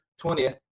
20th